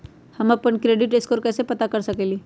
हम अपन credit score कैसे पता कर सकेली?